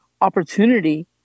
opportunity